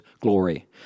glory